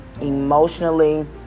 emotionally